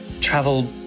travel